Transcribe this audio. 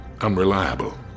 unreliable